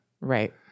Right